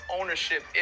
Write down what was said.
ownership